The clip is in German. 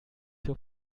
zur